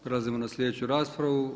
Prelazimo na sljedeću raspravu.